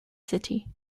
city